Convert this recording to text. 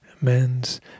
Man's